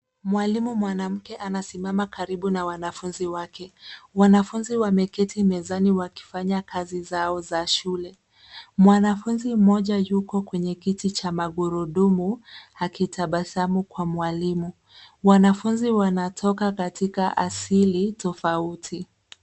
Mwalimu mwanamke anasimama karibu na wanafunzi wake. Wanafunzi wameketi mezani wakifanya kazi zao za shule. Mwanafunzi mmoja yuko kwenye kiti cha magurudumu akitabasamu kwa mwalimu. Wanafunzi wanatoka katika asili tofauti.